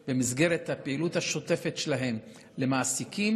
במסגרת הפעילות השוטפת שלהם למעסיקים,